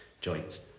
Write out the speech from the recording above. joints